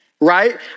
right